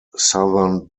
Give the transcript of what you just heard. southern